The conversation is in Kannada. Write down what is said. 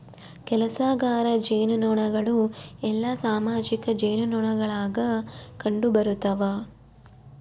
ಕೆಲಸಗಾರ ಜೇನುನೊಣಗಳು ಎಲ್ಲಾ ಸಾಮಾಜಿಕ ಜೇನುನೊಣಗುಳಾಗ ಕಂಡುಬರುತವ